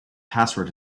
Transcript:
password